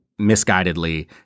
misguidedly